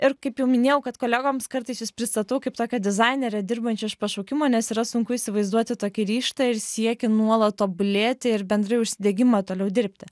ir kaip jau minėjau kad kolegoms kartais pristatau kaip tokią dizainerę dirbančią iš pašaukimo nes yra sunku įsivaizduoti tokį ryžtą ir siekį nuolat tobulėti ir bendrai užsidegimą toliau dirbti